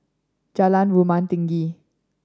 Jalan Rumah Tinggi